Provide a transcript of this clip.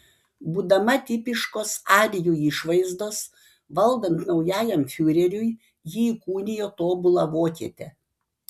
būdama tipiškos arijų išvaizdos valdant naujajam fiureriui ji įkūnijo tobulą vokietę